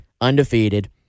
undefeated